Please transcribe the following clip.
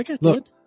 Look